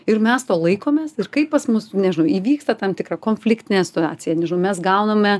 ir mes to laikomės ir kai pas mus nežinau įvyksta tam tikra konfliktinė situacija nežinau mes gauname